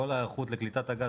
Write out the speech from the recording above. כל ההיערכות לקליטת הגז,